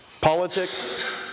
Politics